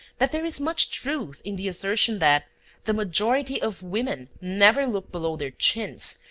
that there is much truth in the assertion that the majority of women never look below their chins,